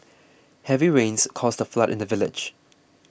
heavy rains caused a flood in the village